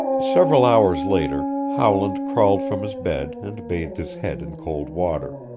several hours later howland crawled from his bed and bathed his head in cold water.